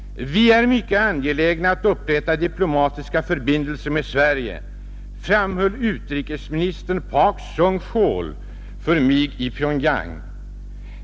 Vi är mycket angelägna att upprätta diplomatiska förbindelser med Sverige framhöll utrikesminister Pak Sung Chul för mig i Pyongyang.